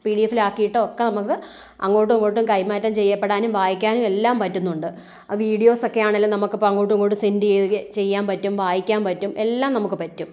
P T എഫില് ആക്കിട്ടോ ഒക്കെ നമുക്ക് അങ്ങോട്ടും ഇങ്ങോട്ടും കൈമാറ്റം ചെയ്യപ്പെടാനും വായിക്കാനും എല്ലാം പറ്റുന്നുണ്ട് അത് വീഡീയോസ് ഒക്കെ ആണേൽ നമുക്ക് ഇപ്പോൾ അങ്ങോട്ടും ഇങ്ങോട്ടും സെൻഡ് ചെയ്ത് ചെയ്യാൻ പറ്റും വായിക്കാൻ പറ്റും എല്ലാം നമുക്ക് പറ്റും